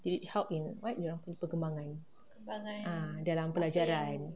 did it help in what dorang punya perkembangan ah dalam pelajaran